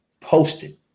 posted